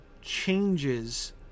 changes